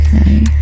Okay